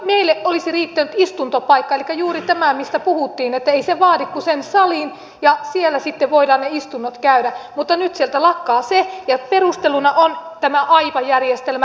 meille olisi riittänyt istuntopaikka elikkä juuri tämä mistä puhuttiin että ei se vaadi kuin sen salin ja siellä sitten voidaan ne istunnot käydä mutta nyt se lakkaa sieltä ja perusteluna on tämä aipa järjestelmä